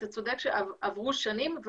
אתה צודק שעברו שנים,